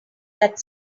that